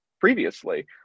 previously